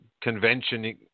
convention